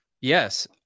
Yes